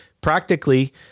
practically